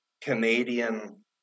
Canadian